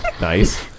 Nice